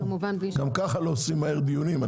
גם ככה לא עושים מהר דיונים.